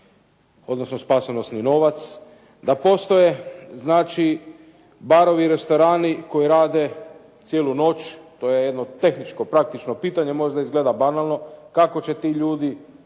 odnosno spasonosni novac, da postoje znači barovi, restorani koji rade cijelu noć, to je jedno tehničko, praktično pitanje, možda izgleda banalno. Kako će ti ljudi